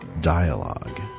Dialogue